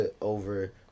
over